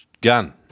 gun